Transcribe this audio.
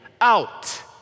out